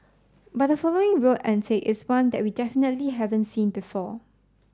but the following road antic is one that we definitely haven't seen before